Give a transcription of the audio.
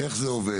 איך זה עובד?